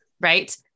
right